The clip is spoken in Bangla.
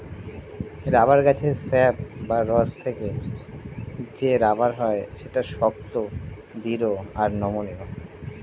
রাবার গাছের স্যাপ বা রস থেকে যে রাবার হয় সেটা শক্ত, দৃঢ় আর নমনীয়